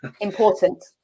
important